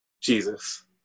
Jesus